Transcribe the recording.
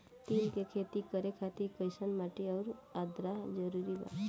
तिल के खेती करे खातिर कइसन माटी आउर आद्रता जरूरी बा?